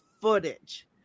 footage